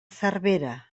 cervera